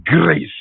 grace